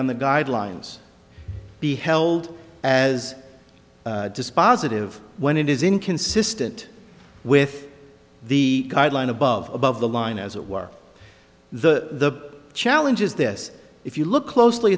on the guidelines be held as dispositive when it is inconsistent with the guideline above above the line as it were the challenge is this if you look closely